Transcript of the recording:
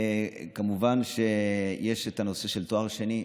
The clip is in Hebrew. כמובן שיש את נושא התואר השני.